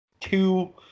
two